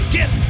get